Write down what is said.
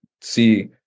see